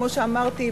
כמו שאמרתי,